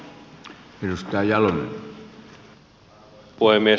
arvoisa puhemies